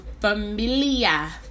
Familia